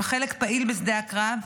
הם חלק פעיל בשדה הקרב,